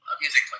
music